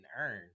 earn